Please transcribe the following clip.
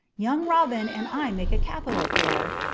young robin and i make a capital pair.